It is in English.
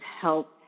help